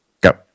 Go